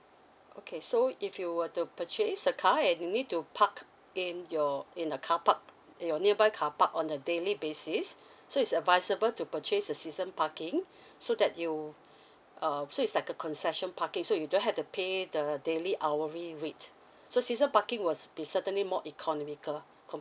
okay so if you will to purchase a car and you need to park in your in the carpark your nearby carpark on a daily basis so is advisable to purchase a season parking so that you um so it's like a concession parking so you don't have to pay the daily hourly rate so season parking will be certainly more economical compare